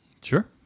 Sure